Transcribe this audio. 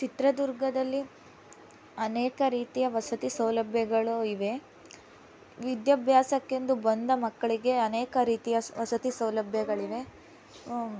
ಚಿತ್ರದುರ್ಗದಲ್ಲಿ ಅನೇಕ ರೀತಿಯ ವಸತಿ ಸೌಲಭ್ಯಗಳು ಇವೆ ವಿದ್ಯಾಭ್ಯಾಸಕ್ಕೆಂದು ಬಂದ ಮಕ್ಕಳಿಗೆ ಅನೇಕ ರೀತಿಯ ಸ ವಸತಿ ಸೌಲಭ್ಯಗಳಿವೆ